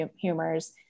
humors